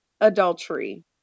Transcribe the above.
adultery